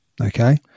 Okay